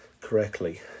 correctly